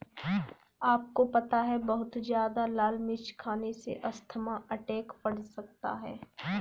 आपको पता है बहुत ज्यादा लाल मिर्च खाने से अस्थमा का अटैक पड़ सकता है?